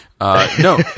No